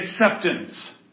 acceptance